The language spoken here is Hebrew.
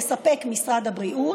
יספק משרד הבריאות,